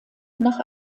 nach